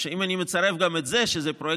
אם אני מצרף גם את זה, כמובן,